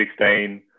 2016